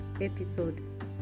episode